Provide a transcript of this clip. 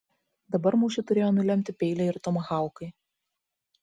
dabar mūšį turėjo nulemti peiliai ir tomahaukai